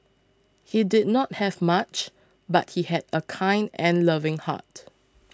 he did not have much but he had a kind and loving heart